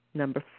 number